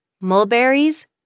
mulberries